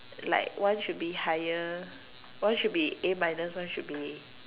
like one should be higher one should be A minus one should be